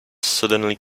suddenly